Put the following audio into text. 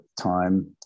time